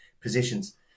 positions